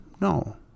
No